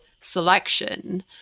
selection